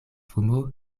fumo